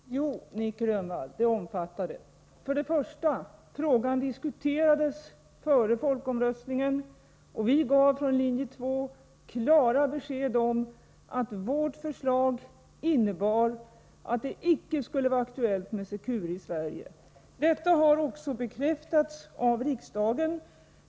Herr talman! Jo, Nic Grönvall, folkomröstningen omfattade också Securereaktorn. Frågan diskuterades före folkomröstningen, och vi gav från Linje 2 klara besked om att vårt förslag innebar att det icke skulle vara aktuellt med Secure i Sverige. Detta har också bekräftats av riksdagen.